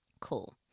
cool